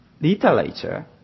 literature